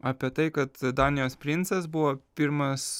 apie tai kad danijos princas buvo pirmas